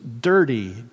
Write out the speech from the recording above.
dirty